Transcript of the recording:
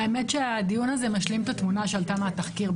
האמת שהדיון הזה משלים את התמונה שעלתה מהתחקיר,